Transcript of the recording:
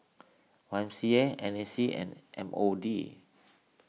Y M C A N A C and M O D